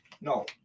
No